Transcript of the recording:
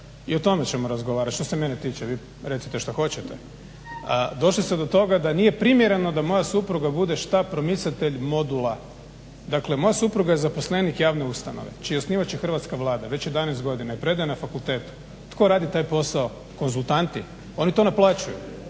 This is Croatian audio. i o tome ćemo razgovarati što se mene tiče vi recite što hoćete. Došli ste do toga da nije primjereno da moja supruga bude šta promicatelj modula. Dakle, moja supruga je zaposlenik javne ustanove čiji je osnivač je hrvatska Vlada već 11 godina i predaje na fakultetu. Tko radi taj posao? Konzultanti. Oni to naplaćuju.